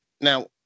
now